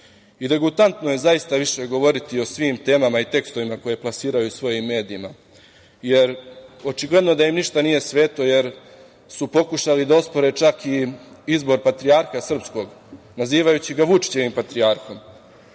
je zaista više govoriti o svim temama i tekstovima koje plasiraju u svojim medijima, jer očigledno da im ništa nije sveto, jer su pokušali da ospore čak i izbor patrijarha srpskog nazivajući ga Vučićevim patrijarhom.